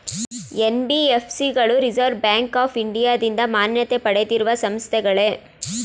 NBFC ಗಳು Reserve Bank of ಇಂಡಿಯಾದಿಂದ ಮಾನ್ಯತೆ ಪಡೆದಿರುವ ಸಂಸ್ಥೆಗಳೇ?